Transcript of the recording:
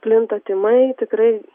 plinta tymai tikrai